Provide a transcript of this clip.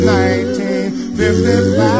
1955